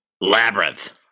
Labyrinth